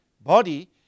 body